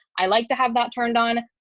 i like to have that turned on.